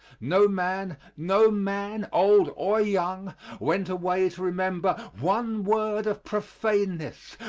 no man no man, old or young went away to remember one word of profaneness,